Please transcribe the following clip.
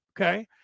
Okay